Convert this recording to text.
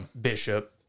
bishop